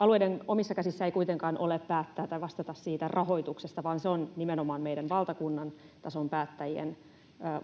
alueiden omissa käsissä ei kuitenkaan ole päättää tai vastata rahoituksesta, vaan se on nimenomaan meidän valtakunnan tason päättäjien